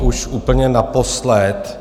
Už úplně naposled.